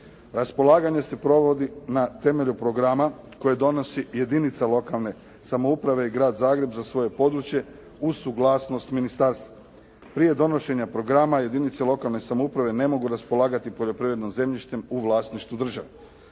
Raspolaganje se provodi na temelju programa koje donosi jedinica lokalne samouprave i Grad Zagreb za svoje područje, uz suglasnost ministarstva. Prije donošenja programa jedinice lokalne samouprave ne mogu raspolagati poljoprivrednim zemljištem u vlasništvu države.